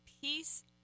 peace